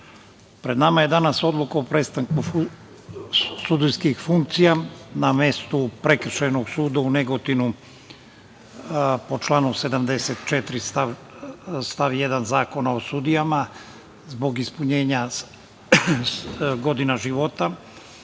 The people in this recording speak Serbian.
pred nama je danas odluka o prestanku sudijskih funkcija na mestu Prekršajnog suda u Negotinu, po članu 74. stav 1. Zakona o sudijama. Zbog ispunjenja godina života